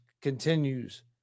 continues